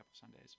sundays